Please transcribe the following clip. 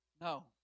no